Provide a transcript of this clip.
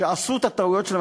עשו את הטעויות שלהם,